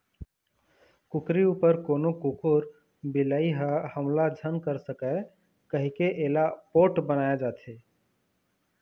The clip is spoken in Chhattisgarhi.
कुकरी उपर कोनो कुकुर, बिलई ह हमला झन कर सकय कहिके एला पोठ बनाए जाथे